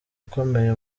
ukomeye